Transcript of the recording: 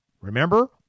remember